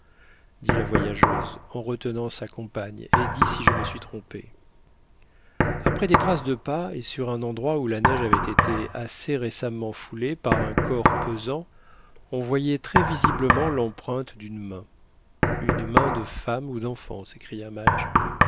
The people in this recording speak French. dit la voyageuse en retenant sa compagne et dis si je me suis trompée auprès des traces de pas et sur un endroit où la neige avait été assez récemment foulée par un corps pesant on voyait très visiblement l'empreinte d'une main une main de femme ou d'enfant s'écria madge